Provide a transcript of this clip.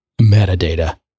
metadata